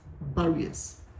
barriers